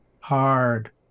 hard